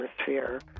atmosphere